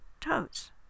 toes